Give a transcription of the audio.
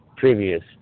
Previous